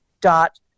dot